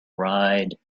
ride